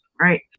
right